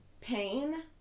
pain